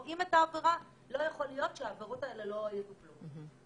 ואנחנו רואים את זה בעבירות שמעבירות אנימלס את התלונה,